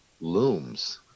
looms